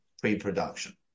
pre-production